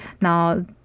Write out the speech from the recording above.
Now